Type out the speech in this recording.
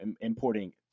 importing